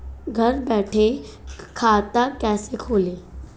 घर बैठे खाता कैसे खोलें?